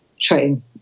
train